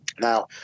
Now